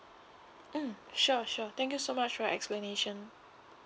mm sure sure thank you so much for your explanation